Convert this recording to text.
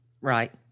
Right